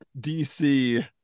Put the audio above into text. dc